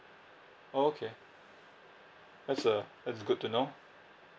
oh okay that's uh that's good to know